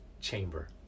chamber